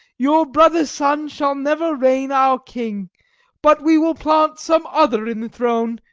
your brother's son shall never reign our king but we will plant some other in the throne,